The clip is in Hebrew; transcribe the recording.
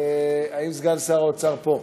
האם סגן שר האוצר פה?